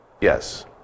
yes